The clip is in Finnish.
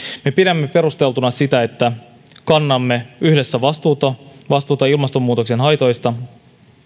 me pidämme perusteltuna sitä että kannamme yhdessä vastuuta vastuuta ilmastonmuutoksen haitoista